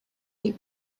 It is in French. est